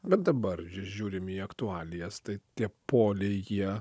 bet dabar žiūrime į aktualijas tai tie poliai jie